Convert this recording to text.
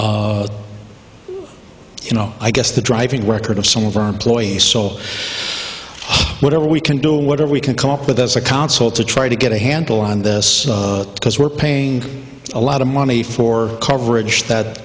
you know i guess the driving record of some of our employees so whatever we can do whatever we can come up with as a console to try to get a handle on this because we're paying a lot of money for coverage that